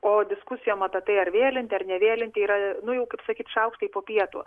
o diskusija apie tai ar vėlinti ar nevėlinti yra nu jau kaip sakyt šaukštai po pietų